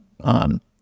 On